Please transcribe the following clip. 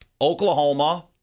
Oklahoma